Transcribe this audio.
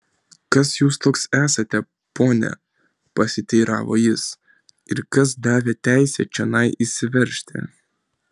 kas jūs toks esate pone pasiteiravo jis ir kas davė teisę čionai įsiveržti